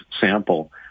sample